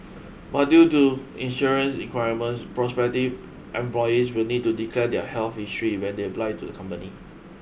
but due to insurance requirements prospective employees will need to declare their health history when they apply to the company